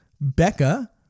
Becca